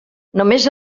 només